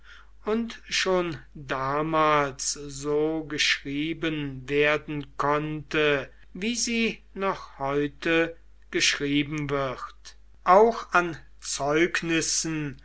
und schon damals so geschrieben werden konnte wie sie noch heute geschrieben wird auch an zeugnissen